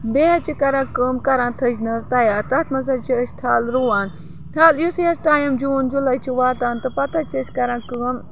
بیٚیہِ حظ چھِ کَران کٲم کَران تھٔج نار تیار تَتھ منٛز حظ چھِ أسۍ تھل رُوان تھَل یُتھُے حظ ٹایِم جوٗن جُلاے چھِ واتان تہٕ پَتہٕ حظ چھِ أسۍ کَران کٲم